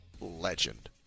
legend